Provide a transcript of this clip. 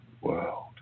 world